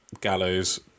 Gallows